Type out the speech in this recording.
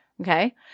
Okay